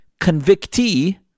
convictee